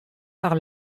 par